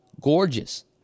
gorgeous